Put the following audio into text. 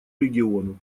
региону